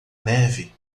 neve